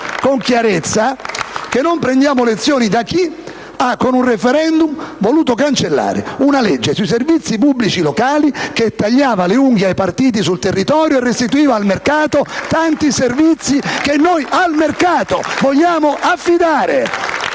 con chiarezza che non prendiamo lezioni da chi, con un *referendum*, ha voluto cancellare una legge sui servizi pubblici locali che tagliava le unghie ai partiti sul territorio e restituiva al mercato tanti servizi che noi al mercato vogliamo affidare